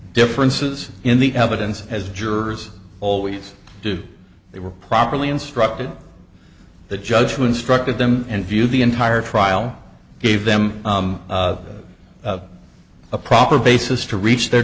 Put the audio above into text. differences in the evidence as jurors always do they were properly instructed the judge who instructed them and viewed the entire trial gave them a proper basis to reach their